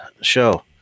show